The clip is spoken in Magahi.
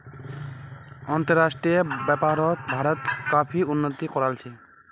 अंतर्राष्ट्रीय व्यापारोत भारत काफी उन्नति कराल छे